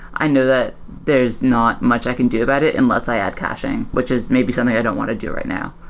i know that there's not much i can do about it unless i add caching, which is maybe something i don't want to do right now.